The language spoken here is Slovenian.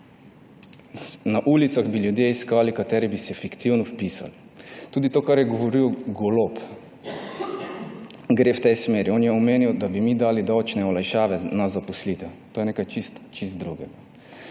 Na ulicah bi iskali ljudi, ki bi se fiktivno vpisali. Tudi to, kar je govoril Golob, gre v tej smeri. On je omenjal, da bi mi dali davčne olajšave na zaposlitev. To je nekaj čisto drugega.